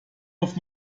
auf